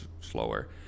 slower